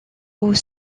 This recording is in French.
haut